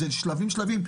זה שלבים-שלבים,